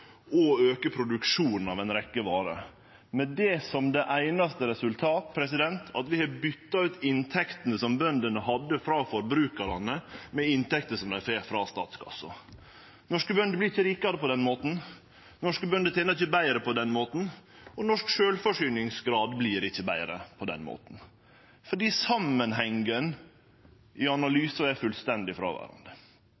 og auke produksjonen av ei rekkje varer, med det som det einaste resultatet at vi har bytt ut inntektene som bøndene hadde frå forbrukarane, med inntekter som dei får frå statskassa. Norske bønder vert ikkje rikare på den måten, norske bønder tener ikkje betre på den måten, og norsk sjølvforsyningsgrad vert ikkje betre på den måten, fordi samanhengen i